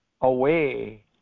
away